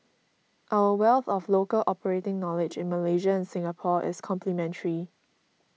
our wealth of local operating knowledge in Malaysia and Singapore is complementary